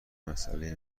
مساله